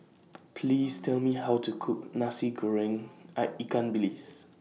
Please Tell Me How to Cook Nasi Goreng I Ikan Bilis